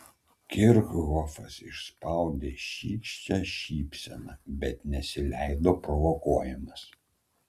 kirchhofas išspaudė šykščią šypseną bet nesileido provokuojamas